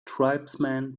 tribesmen